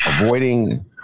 avoiding